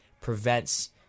prevents